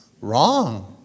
Wrong